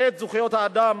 את זכויות האדם.